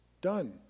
Done